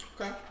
Okay